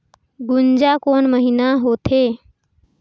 गुनजा कोन महीना होथे?